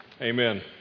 amen